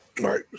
right